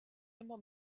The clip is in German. immer